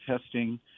testing